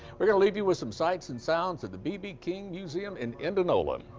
we're going to leave you with some sights and sounds of the bb king museum in indianola.